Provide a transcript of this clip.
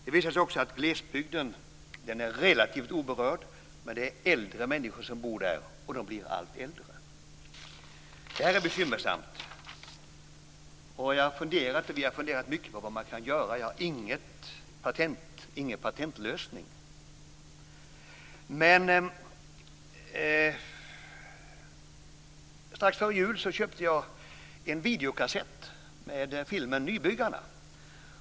Det visar sig att glesbygden är relativt oberörd, men det är äldre människor som bor där, och de blir allt äldre. Det här är bekymmersamt, och jag har funderat mycket på vad som kan göras åt det. Jag har ingen patentlösning, men strax före jul köpte jag en videokassett med filmen Nybyggarna.